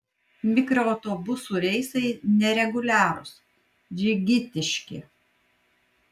mikroautobusų reisai nereguliarūs džigitiški